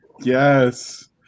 Yes